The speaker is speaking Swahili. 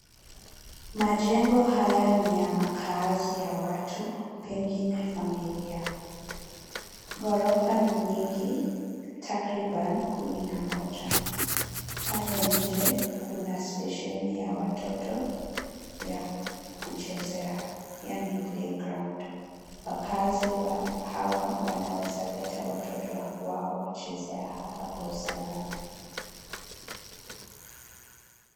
Majengo haya ni ya makaazi ya watu, pengine familia. Gorofa ni nyingi, takriban kumi na moja. Pale nje, kuna stesheni ya watoto ya kuchezea, yaani playground . Wakazi wa hawa wanaweza leta watoto wao kuchezea hapa kwa usalama.